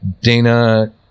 dana